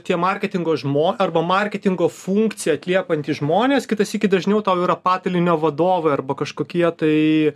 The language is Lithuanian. tie marketingo žmo arba marketingo funkciją atliekantys žmonės kitą sykį dažniau tau yra padalinio vadovui arba kažkokie tai